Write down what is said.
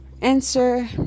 answer